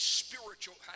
spiritual